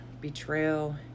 betrayal